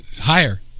Higher